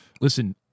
Listen